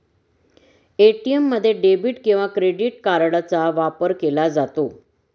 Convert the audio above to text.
ATM मध्ये debit किंवा credit कार्डचा वापर केला जातो